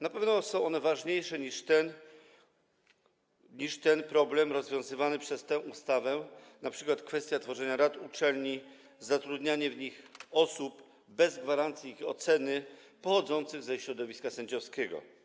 Na pewno są one ważniejsze niż problem rozwiązany przez tę ustawę, np. kwestia tworzenia rad uczelni, zatrudnianie w nich osób bez gwarancji ich oceny, pochodzących ze środowiska sędziowskiego.